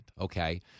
Okay